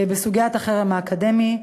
בסוגיית החרם האקדמי,